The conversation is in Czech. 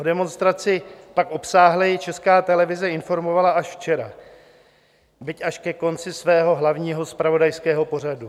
O demonstraci pak obsáhleji Česká televize informovala až včera, byť až ke konci svého hlavního zpravodajského pořadu.